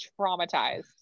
traumatized